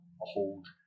hold